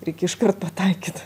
reikia iškart pataikyt